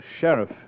Sheriff